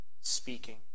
speaking